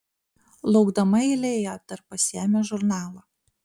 laukdama eilėje dar pasiėmė žurnalą